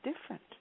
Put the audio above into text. different